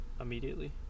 immediately